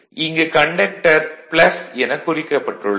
இங்கு கண்டக்டர் எனக் குறிக்கப்பட்டுள்ளது